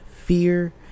fear